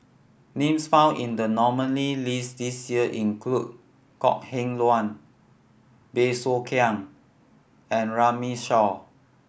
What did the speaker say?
names found in the nominee list this year include Kok Heng Leun Bey Soo Khiang and Runme Shaw